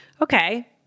okay